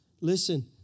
Listen